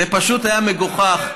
זה פשוט היה מגוחך.